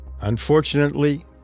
Unfortunately